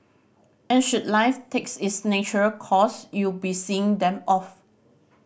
and should life takes its nature course you'll be seeing them off